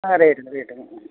ஆ ரைட்டுங்க ரைட்டுங்க